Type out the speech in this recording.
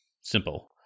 simple